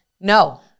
No